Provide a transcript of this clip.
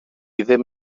ddim